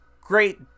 great